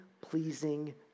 pleasing